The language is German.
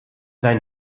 seinen